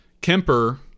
Kemper